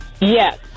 Yes